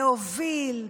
להוביל,